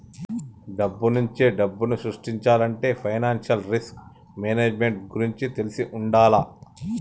డబ్బునుంచే డబ్బుని సృష్టించాలంటే ఫైనాన్షియల్ రిస్క్ మేనేజ్మెంట్ గురించి తెలిసి వుండాల